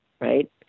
right